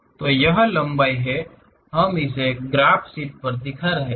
तो यह लंबाई है हम इसे ग्राफ शीट पर दिखा रहे हैं